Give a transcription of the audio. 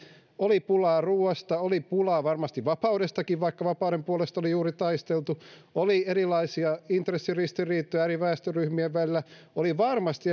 oli pulaa ruuasta oli pulaa varmasti vapaudestakin vaikka vapauden puolesta oli juuri taisteltu oli erilaisia intressiristiriitoja eri väestöryhmien välillä oli varmasti